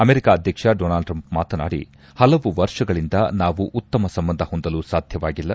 America ಅಧ್ವಕ್ಷ Donald Trump ಮಾತನಾಡಿ ಹಲವು ವರ್ಷಗಳಿಂದ ನಾವು ಉತ್ತಮ ಸಂಬಂಧ ಹೊಂದಲು ಸಾಧ್ಯವಾಗಿಲ್ಲ